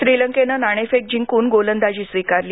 श्रीलाकेनं नाणेफेक जिंकून गोलंदाजी स्वीकारली